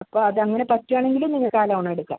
അപ്പോൾ അത് അങ്ങനെ പറ്റുവാണെങ്കിൽ നിങ്ങൾക്ക് ആ ലോൺ എടുക്കാം